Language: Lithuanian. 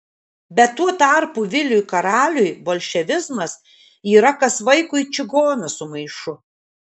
bet tuo tarpu viliui karaliui bolševizmas yra kas vaikui čigonas su maišu